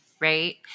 right